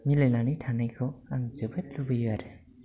मिलायनानै थानायखौ आं जोबोद लुबैयो आरो